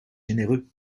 généreux